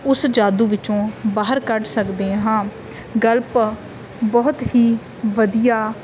ਉਸ ਜਾਦੂ ਵਿੱਚੋਂ ਬਾਹਰ ਕੱਢ ਸਕਦੇ ਹਾਂ ਗਲਪ ਬਹੁਤ ਹੀ ਵਧੀਆ